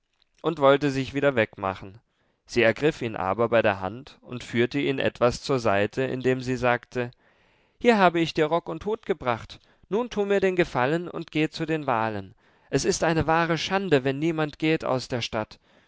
und wollte sich wieder wegmachen sie ergriff ihn aber bei der hand und führte ihn etwas zur seite indem sie sagte hier habe ich dir rock und hut gebracht nun tu mir den gefallen und geh zu den wahlen es ist eine wahre schande wenn niemand geht aus der stadt